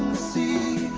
see